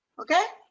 okay?